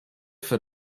für